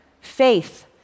faith